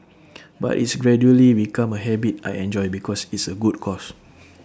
but it's gradually become A habit I enjoy because it's A good cause